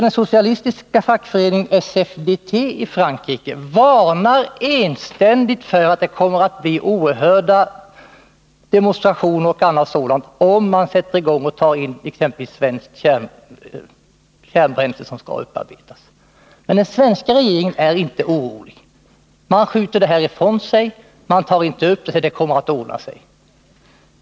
Den socialistiska fackföreningen CFDT i Frankrike varnar enständigt för att det kommer att bli oerhörda demonstrationer m.m. om man börjar ta emot exempelvis svenskt kärnbränsle som skall upparbetas. Men den svenska regeringen är inte orolig. Man skjuter detta ifrån sig. Man tar inte upp det, utan man säger att det kommer att ordna sig.